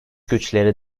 güçleri